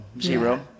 zero